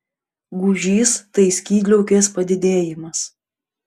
gūžys tai skydliaukės padidėjimas